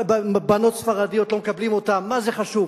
בנות ספרדיות, לא מקבלים אותן, מה זה חשוב.